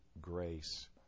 grace